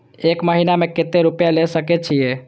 एक महीना में केते रूपया ले सके छिए?